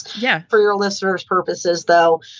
yeah. for your listeners purposes, though.